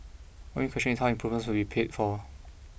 one bigquestion is how improvements will be paid for